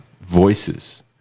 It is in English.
voices